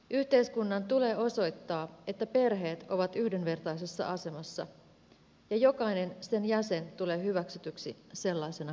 yhteiskunnan tulee osoittaa että perheet ovat yhdenvertaisessa asemassa ja jokainen sen jäsen tulee hyväksytyksi sellaisena kuin on